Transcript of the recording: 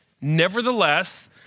nevertheless